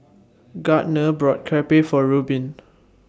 Gardner bought Crepe For Rubin